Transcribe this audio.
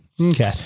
Okay